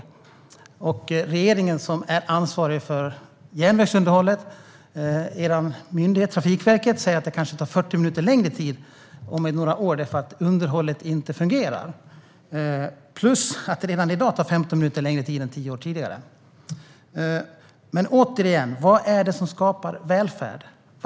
Trafikverket, som är den myndighet som är ansvarig för järnvägsunderhållet, säger att det kanske tar 40 minuter längre om några år eftersom underhållet inte fungerar. Dessutom tar det redan i dag 15 minuter längre än för tio år sedan. Men återigen: Vad är det som skapar välfärd, Håkan?